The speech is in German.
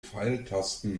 pfeiltasten